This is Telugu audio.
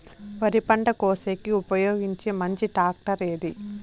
వరి పంట కోసేకి ఉపయోగించే మంచి టాక్టర్ ఏది?